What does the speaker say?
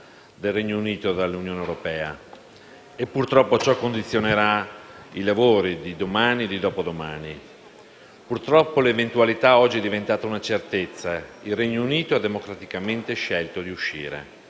del Regno Unito dall'Unione europea. E purtroppo ciò condizionerà i lavori di domani e dopodomani. Purtroppo l'eventualità oggi è divenuta certezza: il Regno Unito ha democraticamente scelto di uscire.